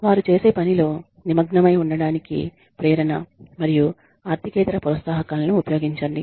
వారు చేసే పనిలో నిమగ్నమై ఉండటానికి ప్రేరణ మరియు ఆర్థికేతర ప్రోత్సాహకాలను ఉపయోగించండి